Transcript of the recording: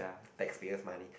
tax payers money